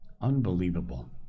Unbelievable